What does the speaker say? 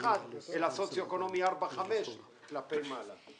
1 אלא סוציו אקונומי 4 ו-5 כלפי מעלה.